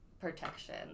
protection